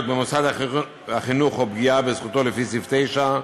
במוסד החינוך או פגיעה בזכותו לפי סעיף 9,